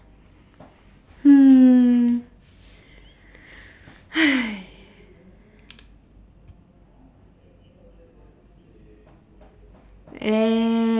hmm uh